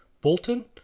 Bolton